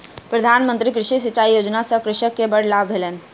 प्रधान मंत्री कृषि सिचाई योजना सॅ कृषक के बड़ लाभ भेलैन